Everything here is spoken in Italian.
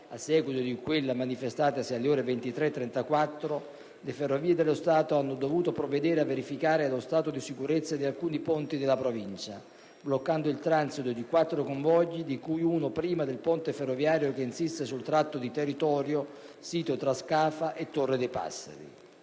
a seguito di quella manifestatasi alle ore 23,34, le Ferrovie dello Stato hanno dovuto provvedere a verificare lo stato di sicurezza di alcuni ponti della Provincia, bloccando il transito di quattro convogli di cui uno prima del ponte ferroviario che insiste sul tratto di territorio sito tra Scafa e Torre dei Passeri.